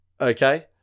okay